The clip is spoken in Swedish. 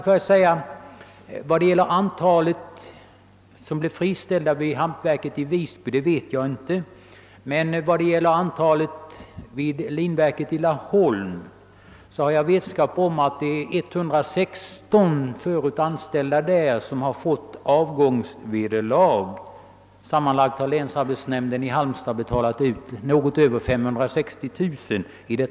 Hur många som blev friställda vid hampberedningsverket i Visby vet jag inte, men antalet friställda vid linberedningsverket i Laholm som fått avgångsvederlag är 116. Sammanlagt har länsarbetsnämnden i Halmstad betalat ut något över 560 000 kronor.